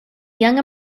young